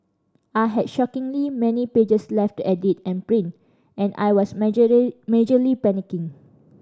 I had shockingly many pages left to edit and print and I was majorly panicking